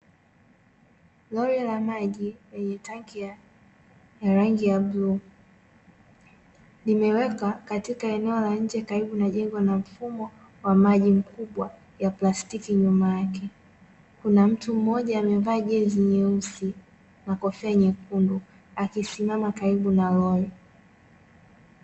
Lori la maji lenye tangi la rangi ya bluu, limewekwa katika eneo la nje karibu na jengo na mfumo wa maji mkubwa wa plastiki nyuma yake. Kuna mtu mmoja amevaa jezi nyeusi na kofia nyekundu, akisimama karibu na lori.